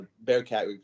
Bearcat